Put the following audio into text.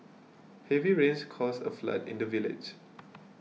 heavy rains caused a flood in the village